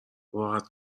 راحت